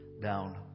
down